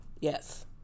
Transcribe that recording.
Yes